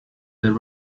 there